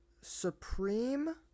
Supreme